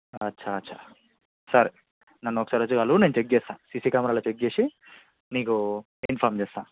అచ్చా అచ్చా సరే నన్ను ఒకసారి వచ్చి కలువు నేను చెక్ చేస్తాను సీసీ కెమెరాలో చెక్ చేసి నీకు ఇన్ఫార్మ్ చేస్తాను